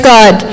God